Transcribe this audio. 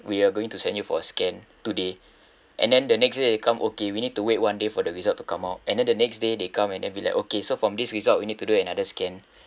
we are going to send you for a scan today and then the next day they come okay we need to wait one day for the result to come out and then the next day they come and they be like okay so from this result you need to do another scan